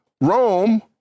Rome